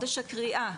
חודש הקריאה,